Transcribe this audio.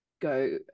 go